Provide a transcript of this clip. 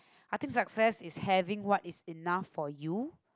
I think success is having what is enough for you